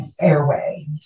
airway